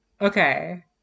okay